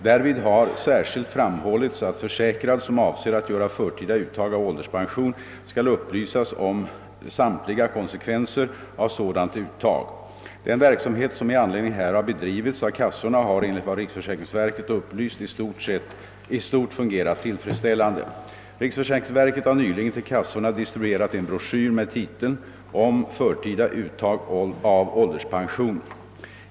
Därvid har: särskilt framhållits att försäkrad, som avser att göra förtida uttag av ålderspension, skall upplysas om samtliga konsekvenser av sådant uttag. Den verksamhet som i anledning härav bedrivits av kassorna har enligt vad riksförsäkringsverket upplyst i stort fungerat tillfredsställande. Riksförsäkringsverket har nyligen till kassorna distribuerat en broschyr med titeln »Om förtida uttag av ålderspension».